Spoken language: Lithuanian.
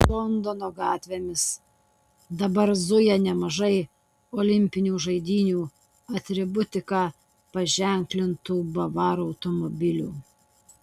londono gatvėmis dabar zuja nemažai olimpinių žaidynių atributika paženklintų bavarų automobilių